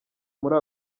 muri